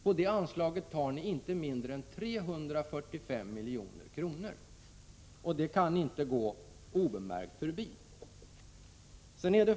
På det anslaget tar ni inte mindre än 345 milj.kr., och det kan inte gå obemärkt förbi.